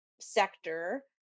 sector